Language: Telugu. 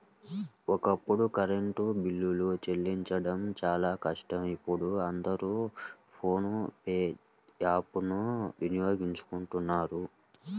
ఒకప్పుడు కరెంటు బిల్లులు చెల్లించడం చాలా కష్టం ఇప్పుడు అందరూ ఫోన్ పే యాప్ ను వినియోగిస్తున్నారు